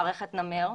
מערכת נמ"ר,